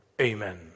Amen